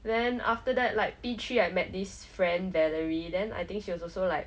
then after that like P_three I met this friend Valerie then I think she was also like